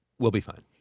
we'll be fine.